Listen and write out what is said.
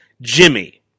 Jimmy